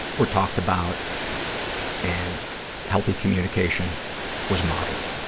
were talked about and healthy communication was modeled,